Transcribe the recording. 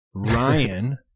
ryan